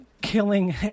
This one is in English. killing